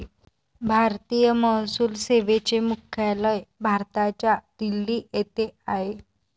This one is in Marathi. भारतीय महसूल सेवेचे मुख्यालय भारताच्या दिल्ली येथे आहे